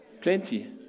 Plenty